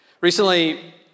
Recently